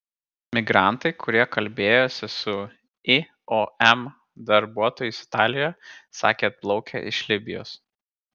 migrantai kurie kalbėjosi su iom darbuotojais italijoje sakė atplaukę iš libijos